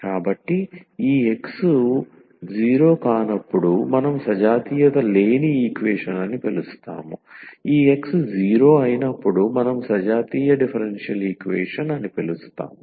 కాబట్టి ఈ X 0 కానప్పుడు మనం సజాతీయత లేని ఈక్వేషన్ అని పిలుస్తాము ఈ X 0 అయినప్పుడు మనం సజాతీయ డిఫరెన్షియల్ ఈక్వేషన్ అని పిలుస్తాము